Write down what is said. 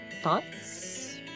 thoughts